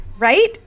Right